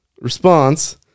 response